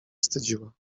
wstydziła